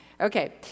Okay